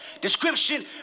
description